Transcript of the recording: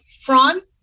front